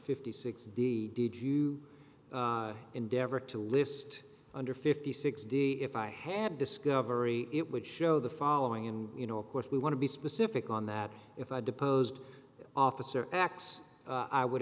fifty six d did you endeavor to list under fifty sixty if i had discovery it would show the following and you know of course we want to be specific on that if i deposed officer x i would